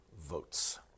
votes